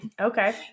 Okay